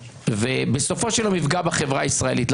ובסופו של יום יפגע בחברה הישראלית.